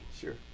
Sure